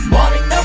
Morning